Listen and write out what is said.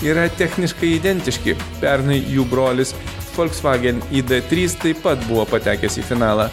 yra techniškai identiški pernai jų brolis folksvagen i d trys taip pat buvo patekęs į finalą